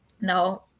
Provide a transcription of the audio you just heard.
No